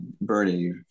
Bernie